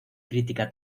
crítica